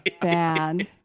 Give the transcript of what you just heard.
bad